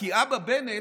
כי אבא בנט,